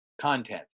content